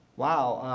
wow,